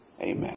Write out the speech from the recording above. Amen